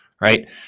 right